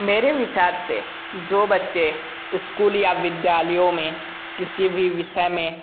मेरे विचार से जो बच्चे इस्कूल या विद्यालयों में किसी भी विषय में